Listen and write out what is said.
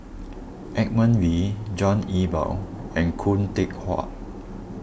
Edmund Wee John Eber and Khoo Teck Puat